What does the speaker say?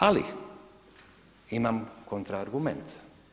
Ali imam kontra argument.